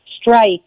strike